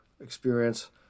experience